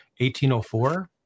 1804